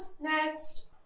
next